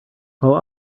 while